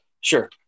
Sure